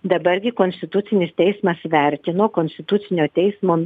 dabar gi konstitucinis teismas vertino konstitucinio teismo